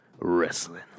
wrestling